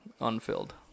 unfilled